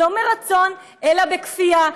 לא מרצון אלא בכפייה,